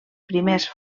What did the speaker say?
primers